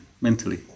mentally